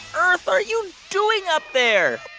earth are you doing up there?